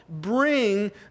Bring